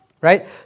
right